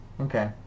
Okay